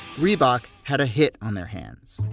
reebok had a hit on their hands